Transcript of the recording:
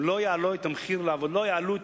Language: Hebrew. הם לא יעלו את שכר העבודה,